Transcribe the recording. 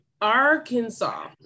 Arkansas